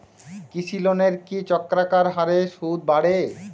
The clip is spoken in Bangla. কৃষি লোনের কি চক্রাকার হারে সুদ বাড়ে?